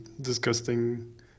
disgusting